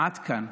עד כאן,